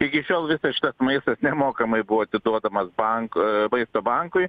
iki šiol visas šitas maistas nemokamai buvo atiduodamas bank u maisto bankui